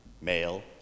Male